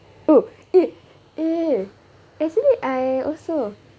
oh eh eh actually I also